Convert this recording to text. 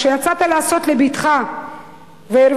כשיצאת לעשות לביתך והרווחת,